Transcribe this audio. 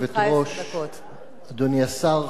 אדוני השר, חברי חברי הכנסת,